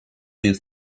jest